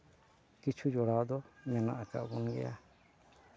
ᱠᱤᱪᱷᱩ ᱡᱚᱲᱟᱣ ᱫᱚ ᱢᱮᱱᱟᱜ ᱟᱠᱟᱫ ᱵᱚᱱ ᱜᱮᱭᱟ